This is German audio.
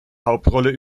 hauptrolle